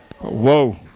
whoa